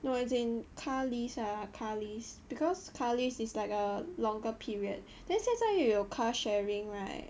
no as in car lease ah car lease because car lease is like a longer period then 现在又有 car sharing right